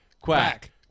quack